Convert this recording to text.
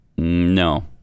No